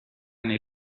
nei